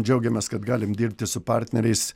džiaugiamės kad galim dirbti su partneriais